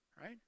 Right